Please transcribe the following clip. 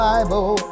Bible